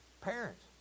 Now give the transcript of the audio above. parents